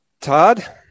Todd